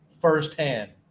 firsthand